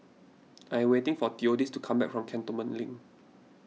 I am waiting for theodis to come back from Cantonment Link